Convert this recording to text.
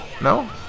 No